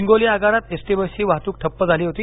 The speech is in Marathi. हिंगोली आगारात एस टी बसची वाहतूक ठप्प झाली होती